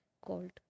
called